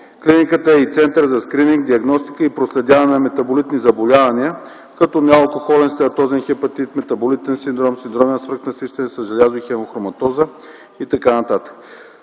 Клиниката е и център за скрининг, диагностика и проследяване на метаболитни заболявания като неалкохолен стеатозен хепатит, метаболитен синдром, синдром на свръхнасищане с желязо и хемохроматоза и т.н.